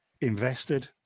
invested